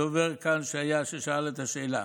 הדובר שהיה כאן, ששאל את השאלה,